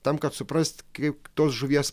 tam kad suprast kaip tos žuvies